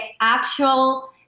actual